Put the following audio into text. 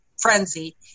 Frenzy